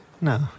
No